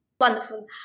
Wonderful